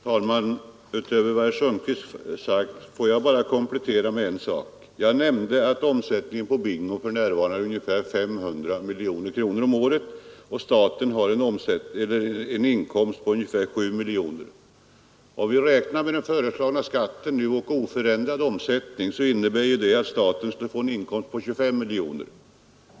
Fru talman! Utöver vad herr Sundkvist sagt vill jag bara komplettera med en sak. Jag nämnde att omsättningen på bingo för närvarande är ungefär 500 miljoner kronor om året, och staten har en inkomst på ungefär 7 miljoner kronor av spelet. Om vi räknar med den föreslagna skatten och oförändrad omsättning, så innebär ju det att staten skulle få en inkomst på 25 miljoner kronor.